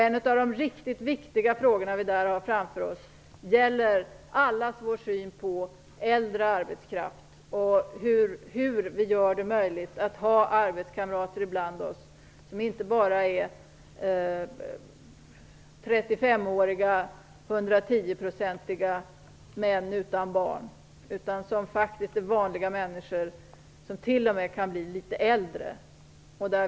En av de riktigt viktiga frågor som vi då har framför oss är allas vår syn på äldre arbetskraft och hur vi gör det möjligt att bland oss ha arbetskamrater som inte bara är 35-åriga, 110-procentiga män utan barn, utan som faktiskt är vanliga människor, som t.o.m. kan vara litet äldre.